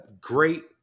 great